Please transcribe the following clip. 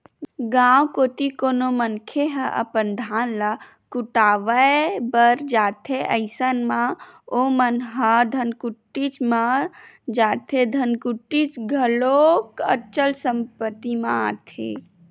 गाँव कोती कोनो मनखे ह अपन धान ल कुटावय बर जाथे अइसन म ओमन ह धनकुट्टीच म जाथे धनकुट्टी घलोक अचल संपत्ति म आथे